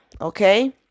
okay